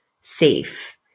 safe